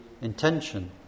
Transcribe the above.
intention